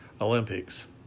Olympics